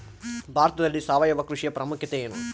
ಭಾರತದಲ್ಲಿ ಸಾವಯವ ಕೃಷಿಯ ಪ್ರಾಮುಖ್ಯತೆ ಎನು?